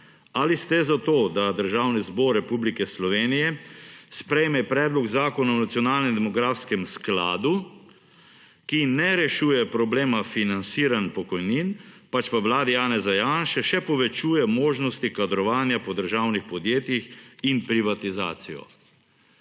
»Ali ste za to, da Državni zbor Republike Slovenije sprejme Predlog Zakona o nacionalnem demografskem skladu, ki ne rešuje problema financiranj pokojnin, pač pa vladi Janeza Janše še povečuje možnosti kadrovanja po državnih podjetjih in privatizacijo.«